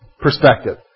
perspective